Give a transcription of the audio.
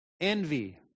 Envy